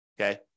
okay